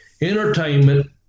entertainment